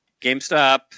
GameStop